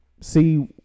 see